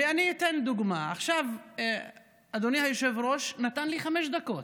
אני אתן דוגמה: עכשיו אדוני היושב-ראש נתן לי חמש דקות.